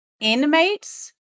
inmates